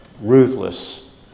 ruthless